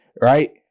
right